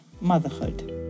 Motherhood